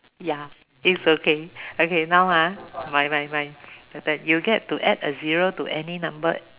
ya is okay okay now ah mine mine mine my turn you get to add a zero to any number